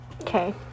Okay